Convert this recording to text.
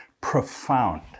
profound